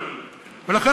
לכן,